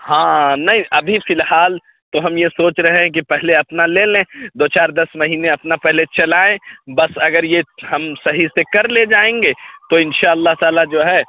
ہاں نہیں ابھی فی الحال تو ہم یہ سوچ رہے ہیں کہ پہلے اپنا لے لیں دو چار دس مہینے پہلے اپنا چلائیں بس اگر یہ ہم صحیح سے کر لے جائیں گے تو ان شاء اللہ تعالیٰ جو ہے